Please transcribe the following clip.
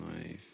life